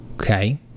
okay